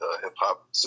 hip-hop